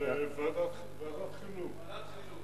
להעביר לוועדת החינוך.